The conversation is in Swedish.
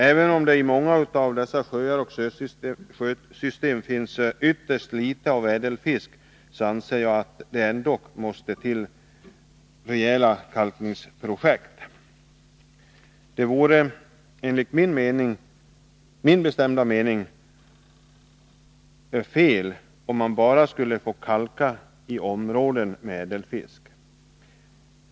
Även om det i många av dessa sjöar och sjösystem finns ytterst litet ädelfisk anser jag att det ändock måste till rejäla kalkningsprojekt. Det vore enligt min bestämda mening fel om man bara skulle få kalka områden med ädelfisk.